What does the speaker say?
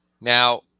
now